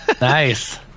nice